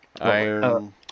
Iron